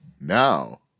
now